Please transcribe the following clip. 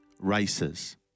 races